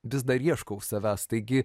vis dar ieškau savęs taigi